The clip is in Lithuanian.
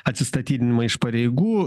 atsistatydinimą iš pareigų